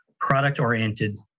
product-oriented